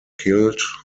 killed